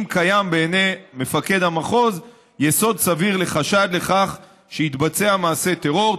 אם קיים בעיני מפקד המחוז יסוד סביר לחשד לכך שיתבצע מעשה טרור,